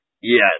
Yes